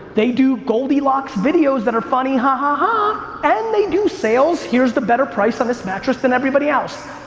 they do goldilocks videos that are funny hahaha, and they do sales, here's the better price on this mattress than everybody else.